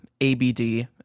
ABD